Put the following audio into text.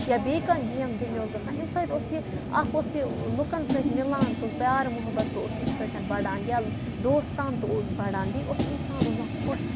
یا بیٚیہِ کانٛہہ گیم گِنٛدنہِ اوس گژھان اَمہِ سۭتۍ اوس یہِ اَکھ اوس یہِ لُکَن سۭتۍ مِلان تہٕ پیٛار محبت تہٕ اوس اَمہِ سۭتۍ بَڑان یا دوستان تہِ اوس بَڑان بیٚیہِ اوس اِنسان روزان خۄش